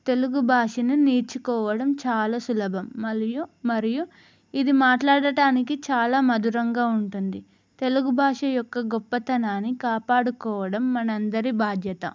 తెలుగు భాషని నేర్చుకోవడం చాలా సులభం మరియు మరియు ఇది మాట్లాడటానికి చాలా మధురంగా ఉంటుంది తెలుగు భాష యొక్క గొప్పతనాన్ని కాపాడుకోవడం మన అందరి బాధ్యత